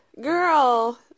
Girl